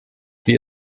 wir